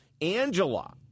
Angela